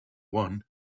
one